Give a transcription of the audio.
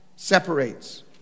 separates